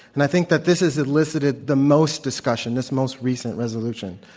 and i think that this has elicited the most discussion, this most recent resolution.